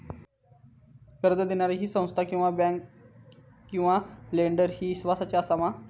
कर्ज दिणारी ही संस्था किवा बँक किवा लेंडर ती इस्वासाची आसा मा?